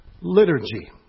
liturgy